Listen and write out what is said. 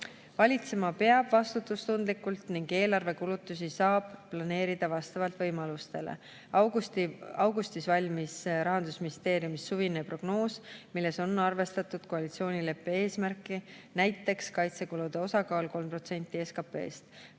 Valitsema peab vastutustundlikult ning eelarve kulutusi saab planeerida vastavalt võimalustele. Augustis valmis Rahandusministeeriumis suvine prognoos, milles on arvestatud koalitsioonileppe eesmärki, näiteks kaitsekulude osakaalu 3% SKP-st.